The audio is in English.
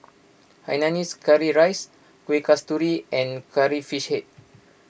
Hainanese Curry Rice Kuih Kasturi and Curry Fish Head